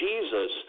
Jesus